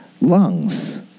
lungs